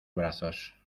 brazos